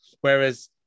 Whereas